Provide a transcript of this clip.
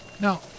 Now